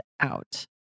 out